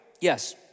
Yes